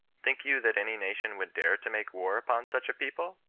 think you that any nation would dare to make war upon such a people?